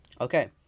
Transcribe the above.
Okay